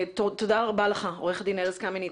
רבה לך עורך דין ארז קמיניץ.